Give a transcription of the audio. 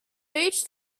reached